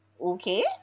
okay